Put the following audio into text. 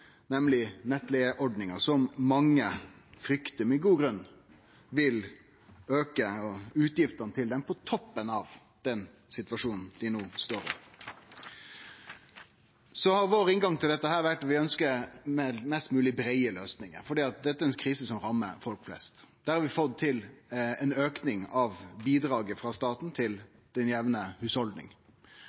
nemleg nettleigeordninga, som mange med god grunn fryktar vil auke utgiftene, på toppen av den situasjonen dei no står i. Vår inngang til dette har vore at vi ønskjer mest mogleg breie løysingar, for dette er ei krise som rammar folk flest. Der har vi fått til ein auke i bidraget frå staten til den